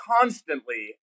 constantly